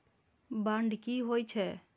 Bond की होई छै?